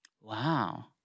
Wow